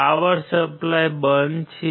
power supply બંધ છે